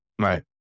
Right